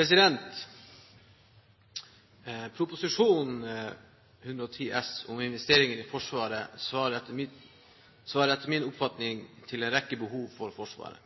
overhodet mulig. Proposisjon 110 S for 2010–2011 om investeringer i Forsvaret svarer etter min oppfatning til en rekke behov for Forsvaret.